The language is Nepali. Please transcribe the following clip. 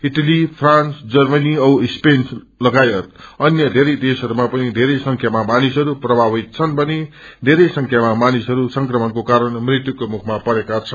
इटली फ्रान्स जम्रनी औ स्पेन लागायत अन्य धेरै देशहरूमा पनि धेरै संख्यामा मानिसहरू प्रभावित छन् भने धेरै संख्यामा मानिसहस संक्रमणको कारण मृत्युक्षे मुखमा परेका छन्